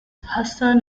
hassan